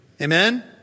Amen